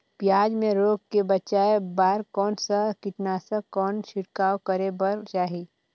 पियाज मे रोग ले बचाय बार कौन सा कीटनाशक कौन छिड़काव करे बर चाही?